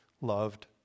loved